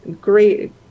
great